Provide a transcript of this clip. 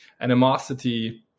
animosity